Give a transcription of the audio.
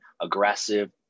aggressive